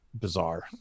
bizarre